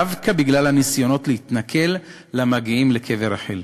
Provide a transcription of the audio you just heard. דווקא בגלל הניסיונות להתנכל למגיעים לקבר רחל.